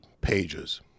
pages